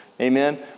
Amen